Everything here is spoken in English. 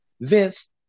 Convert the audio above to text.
Vince